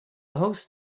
host